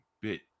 bit